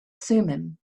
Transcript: thummim